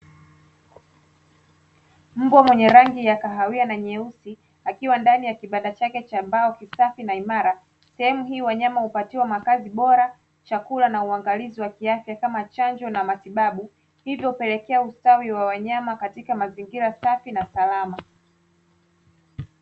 Mbwa mwenye rangi ya kahawia na nyeusi akiwa ndani ya kibanda chake cha mbao kisafi na imara. Sehemu hii wanyama hupatiwa makazi bora chakula na uangalizi wa kiasi kama chanjo na matibabu hivyo pelekea ustawi wa wanyama katika mazingira safi na salama.